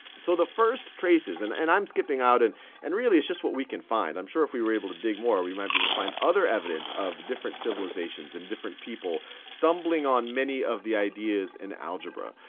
so the first traces and and i'm skipping out, and and really, it's just what we can find. i'm sure if we were able to dig more, we might be able to find other evidence of different civilizations and different people stumbling on many of the ideas in algebra.